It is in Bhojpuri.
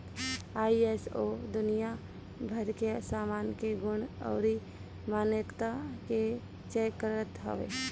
आई.एस.ओ दुनिया भर के सामान के गुण अउरी मानकता के चेक करत हवे